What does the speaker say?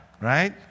Right